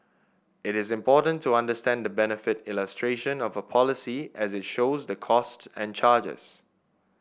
it is important to understand the benefit illustration of a policy as it shows the costs and charges